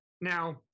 Now